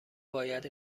باید